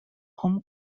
home